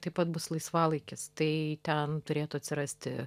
taip pat bus laisvalaikis tai ten turėtų atsirasti